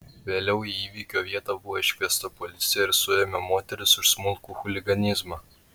vėliau į įvykio vietą buvo iškviesta policija ir suėmė moteris už smulkų chuliganizmą